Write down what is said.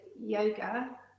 yoga